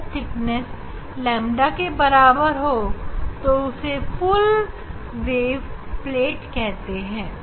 अगर थिकनेस ƛ के बराबर हो तो उसे फुल वेव प्लेट कहते हैं